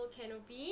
canopy